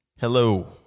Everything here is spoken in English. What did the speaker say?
Hello